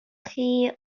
chi